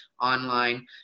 online